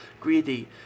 greedy